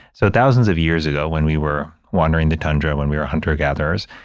so thousands of years ago when we were wandering the tundra, when we were hunter-gatherers,